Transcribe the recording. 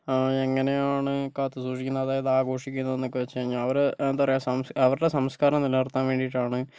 എങ്ങനെയാണ് കാത്തുസൂക്ഷിക്കുന്നത് അതായത് ആഘോഷിക്കുന്നത് എന്നൊക്കെ വെച്ച് കഴിഞ്ഞാൽ അവർ എന്താ പറയുക അവരുടെ സംസ്കാരം നിലനിർത്താൻ വേണ്ടിയിട്ടാണ്